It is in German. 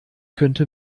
könnte